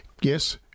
Yes